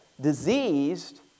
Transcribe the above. diseased